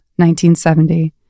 1970